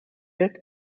wird